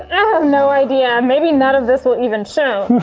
i have no idea maybe none of this will even show.